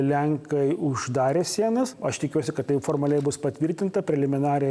lenkai uždarė sienas o aš tikiuosi kad tai jau formaliai bus patvirtinta preliminariai